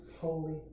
Holy